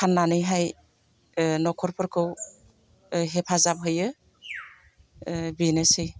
फाननानैहाय न'खरफोरखौ हेफाजाब होयो बेनोसै